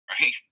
Right